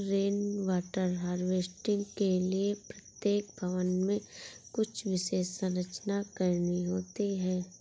rain water harvesting के लिए प्रत्येक भवन में कुछ विशेष संरचना करनी होती है